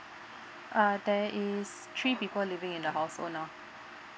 uh there is three people living in the household now